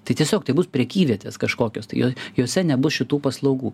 tai tiesiog tai bus prekyvietės kažkokios tai jei jose nebus šitų paslaugų